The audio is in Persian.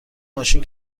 ماشین